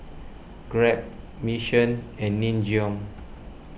Grab Mission and Nin Jiom